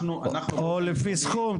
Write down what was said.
או לפי סכום?